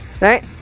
Right